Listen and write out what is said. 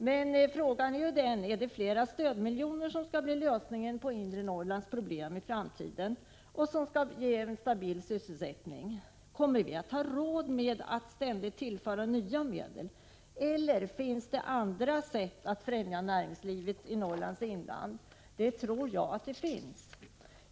Men frågan är om det är flera stödmiljoner som skall bli lösningen på inre Norrlands problem i framtiden och som skall ge en stabil sysselsättning. Kommer vi att ha råd med att ständigt tillföra nya medel eller finns det andra sätt att främja näringslivet i Norrlands inland? Det tror jag att det finns.